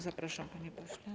Zapraszam, panie pośle.